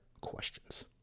questions